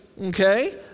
okay